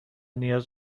نیاز